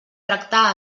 tractar